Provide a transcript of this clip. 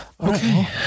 Okay